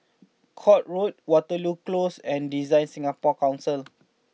Court Road Waterloo Close and Design Singapore Council